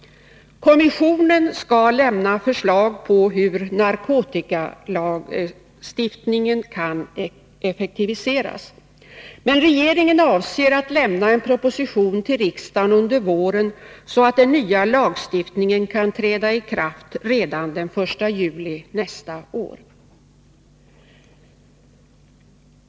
Kommissionen skall lämna förslag på hur narkotikalagstiftningen kan effektiviseras. Men regeringen avser att lämna en proposition till riksdagen under våren, så att den nya lagstiftningen kan träda i kraft redan den 1 juli nästa år.